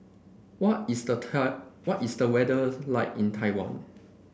what is the what is the weather like in Taiwan